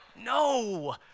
No